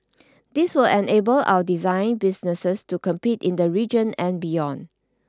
this will enable our design businesses to compete in the region and beyond